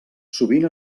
sovint